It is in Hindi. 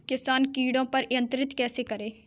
किसान कीटो पर नियंत्रण कैसे करें?